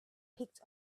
picked